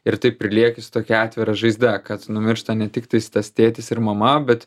ir taip ir lieki su tokia atvira žaizda kad numiršta ne tiktais tas tėtis ir mama bet